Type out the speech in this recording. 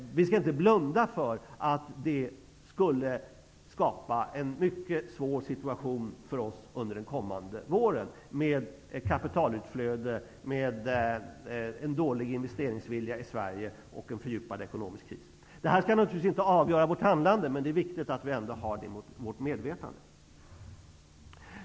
Vi skall inte blunda för att det skulle skapa en mycket svår situation för oss under den kommande våren med kapitalutflöde, med en dålig investeringsvilja i Sverige och med en fördjupad ekonomisk kris. Detta skall naturligtvis inte avgöra vårt handlande, men det är viktigt att ändå ha det i vårt medvetande.